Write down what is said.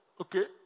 okay